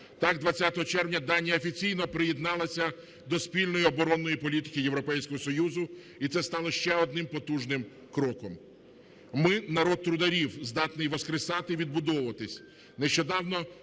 Так, 20 червня Данія офіційно приєдналася до спільної оборонної політики Європейського Союзу, і це стало ще одним потужним кроком. Ми – народ трударів, здатний воскресати і відбудовуватися. Нещодавно